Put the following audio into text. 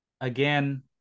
again